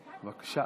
בבקשה,